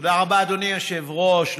תודה רבה, אדוני היושב-ראש.